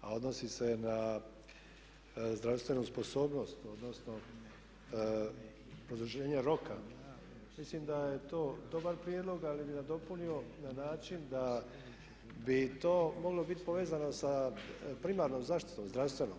a odnosi se na zdravstvenu sposobnost, odnosno produženje roka, mislim da je to dobar prijedlog ali bih nadopunio na način da bi to moglo biti povezano sa primarnom zaštitom, zdravstvenom.